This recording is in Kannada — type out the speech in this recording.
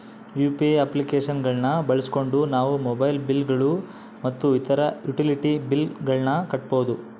ಯು.ಪಿ.ಐ ಅಪ್ಲಿಕೇಶನ್ ಗಳನ್ನ ಬಳಸಿಕೊಂಡು ನಾವು ಮೊಬೈಲ್ ಬಿಲ್ ಗಳು ಮತ್ತು ಇತರ ಯುಟಿಲಿಟಿ ಬಿಲ್ ಗಳನ್ನ ಕಟ್ಟಬಹುದು